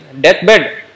deathbed